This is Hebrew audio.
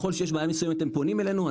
ככל שיש בעיה מסוימת הם פונים אלינו.